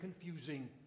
confusing